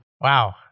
Wow